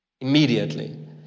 Immediately